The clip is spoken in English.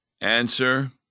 Answer